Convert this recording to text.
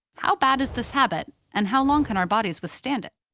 how bad is this habit, and how long can our bodies withstand it?